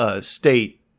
state